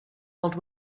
old